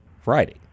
Friday